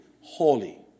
holy